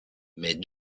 mais